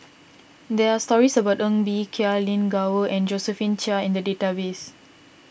there are stories about Ng Bee Kia Lin Gao and Josephine Chia in the database